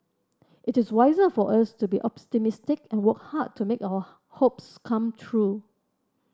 it is wiser for us to be optimistic and work hard to make our hopes come true